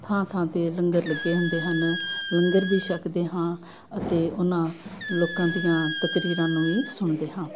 ਥਾਂ ਥਾਂ 'ਤੇ ਲੰਗਰ ਲੱਗੇ ਹੁੰਦੇ ਹਨ ਲੰਗਰ ਵੀ ਛਕਦੇ ਹਾਂ ਅਤੇ ਉਹਨਾਂ ਲੋਕਾਂ ਦੀਆਂ ਤਕਰੀਰਾਂ ਨੂੰ ਵੀ ਸੁਣਦੇ ਹਾਂ